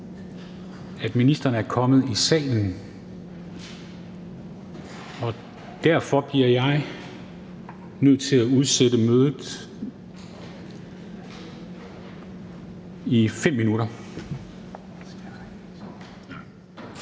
at ministeren er kommet i salen. Derfor bliver jeg nødt til at udsætte mødet i 5 minutter.